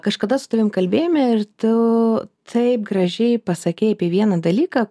kažkada su tavim kalbėjome ir tu taip gražiai pasakei apie vieną dalyką